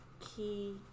key